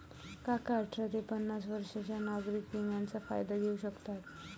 काका अठरा ते पन्नास वर्षांच्या नागरिक विम्याचा फायदा घेऊ शकतात